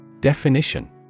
Definition